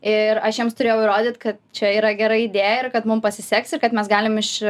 ir aš jiems turėjau įrodyt kad čia yra gera idėja ir kad mum pasiseks ir kad mes galim iš